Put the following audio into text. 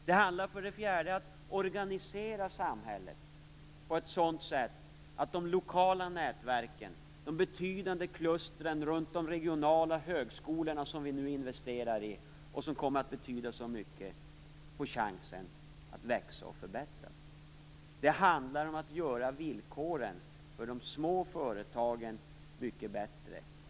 Det handlar för det fjärde om att organisera samhället på ett sådant sätt att de lokala nätverken, de betydande klustren runt de regionala högskolor som vi nu investerar i och som kommer att betyda så mycket, får chansen att växa och förbättras. Det handlar om att göra villkoren för de små företagen mycket bättre.